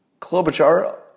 Klobuchar